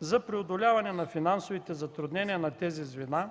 За преодоляване на финансовите затруднения на тези звена